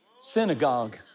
synagogue